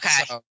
Okay